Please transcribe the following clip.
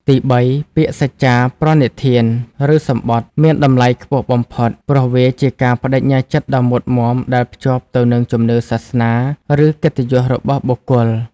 ទីបី ពាក្យសច្ចាប្រណិធាន ឬសម្បថ មានតម្លៃខ្ពស់បំផុត ព្រោះវាជាការប្ដេជ្ញាចិត្តដ៏មុតមាំដែលភ្ជាប់ទៅនឹងជំនឿសាសនា ឬកិត្តិយសរបស់បុគ្គល។